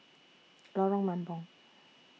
Lorong Mambong